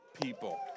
people